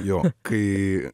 jo kai